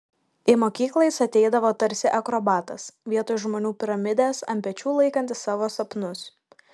į mokyklą jis ateidavo tarsi akrobatas vietoj žmonių piramidės ant pečių laikantis savo sapnus